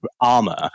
armor